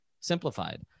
simplified